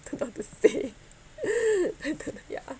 don't know how to say I don't know ya